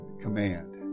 command